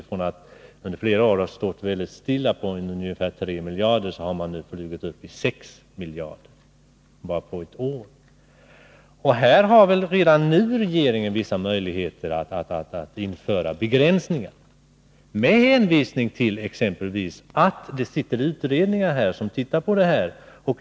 Från att under flera år ha stått stilla vid ungefär 3 miljarder har de nu gått upp till 6 miljarder bara på ett år. Redan nu har väl regeringen vissa möjligheter att införa begränsningar med hänvisning exempelvis till att det sitter utredningar som ser på det här.